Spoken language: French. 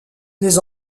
les